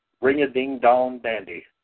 ring-a-ding-dong-dandy